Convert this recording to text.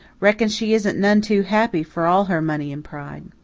reckon she isn't none too happy for all her money and pride.